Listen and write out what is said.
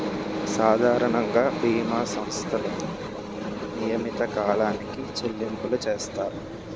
సాధారణంగా బీమా సంస్థలకు నియమిత కాలానికి చెల్లింపులు చేస్తారు